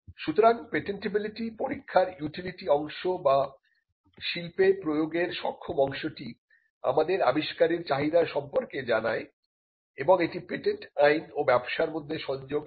সুতরাং পেটেনটেবিলিটি পরীক্ষার ইউটিলিটি অংশ বা শিল্পে প্রয়োগের সক্ষম অংশটি আমাদের আবিষ্কারের চাহিদা সম্পর্কে জানায় এবং এটি পেটেন্ট আইন ও ব্যবসার মধ্যে সংযোগ আনে